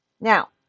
Now